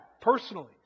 personally